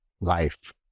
life